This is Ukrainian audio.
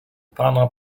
пана